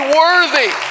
worthy